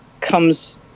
comes